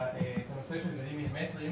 הנושא של המילימטרים.